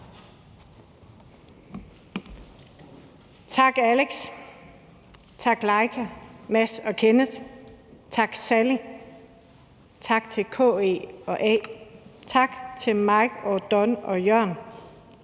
Tak Alex, tak Leika og Mads og Kenneth, tak Sally, tak KE og A, tak til Mike og Odon og Jørn,